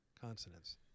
Consonants